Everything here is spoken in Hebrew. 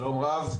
שלום רב.